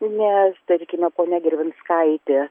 nes tarkime ponia gervinskaitė